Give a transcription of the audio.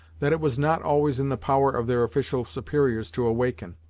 that it was not always in the power of their official superiors to awaken.